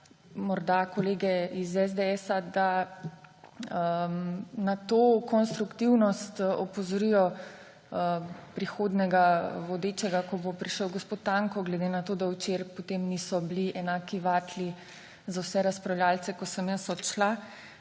prosila kolege iz SDS, da na to konstruktivnost opozorijo prihodnjega vodečega, ko bo prišel gospod Tanko. Glede na to, da včeraj potem niso bili enaki vatli za vse razpravljavce, ko sem jaz odšla.